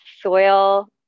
soil